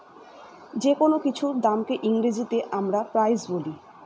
যেকোনো কিছুর দামকে ইংরেজিতে আমরা প্রাইস বলি